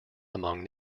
among